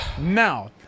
Now